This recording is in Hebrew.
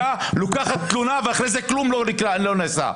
לוקחת תלונה ואחרי זה לא נעשה כלום.